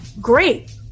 great